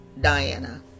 diana